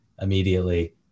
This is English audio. immediately